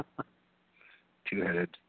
Two-headed